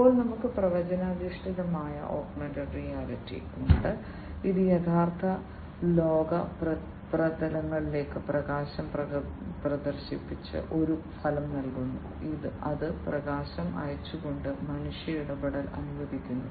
അപ്പോൾ നമുക്ക് പ്രവചനാധിഷ്ഠിതമായ ഓഗ്മെന്റഡ് റിയാലിറ്റി ഉണ്ട് അത് യഥാർത്ഥ ലോക പ്രതലങ്ങളിലേക്ക് പ്രകാശം പ്രദർശിപ്പിച്ച് ഒരു ഫലം നൽകുന്നു അത് പ്രകാശം അയച്ചുകൊണ്ട് മനുഷ്യ ഇടപെടൽ അനുവദിക്കുന്നു